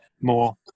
more